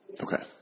Okay